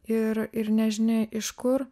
ir ir nežinia iš kur